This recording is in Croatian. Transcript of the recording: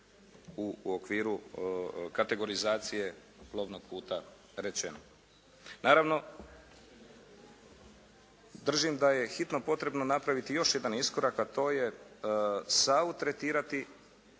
u okviru kategorizacije plovnog puta rečeno. Naravno držim da je hitno potrebno napraviti još jedan iskorak a to je Savu tretirati